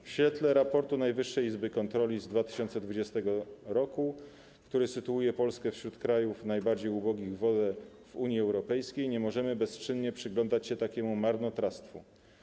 W świetle raportu Najwyższej Izby Kontroli z 2020 r., który sytuuje Polskę wśród krajów najbardziej ubogich w wodę w Unii Europejskiej, nie możemy bezczynnie przyglądać się takiemu marnotrawstwu.